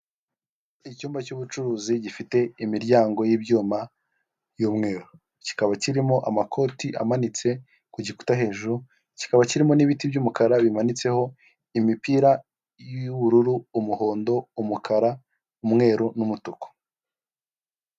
Iduka rifunguye ricuruza ibikoresho byo mu nzu, matora, intebe zikoze mu buryo butandukanye, ameza, utubati, tujyamo inkweto n'utwo bashyiramo ibindi bintu, intebe za purasitike zigerekeranye.